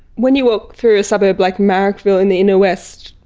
when you walk through a suburb like marrickville in the inner west,